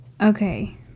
okay